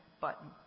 button